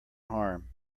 harm